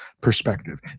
perspective